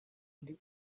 hari